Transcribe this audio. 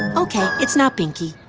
and okay, it's not binky.